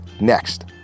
next